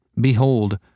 Behold